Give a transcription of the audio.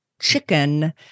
chicken